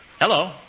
hello